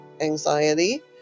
anxiety